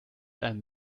einem